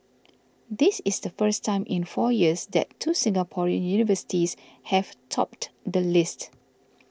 this is the first time in four years that two Singaporean universities have topped the list